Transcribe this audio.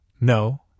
No